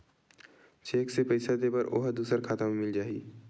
Cheque से पईसा दे बर ओहा दुसर खाता म मिल जाही?